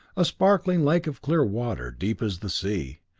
a sparkling lake of clear water, deep as the sea,